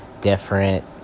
different